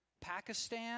Pakistan